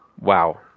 Wow